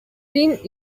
син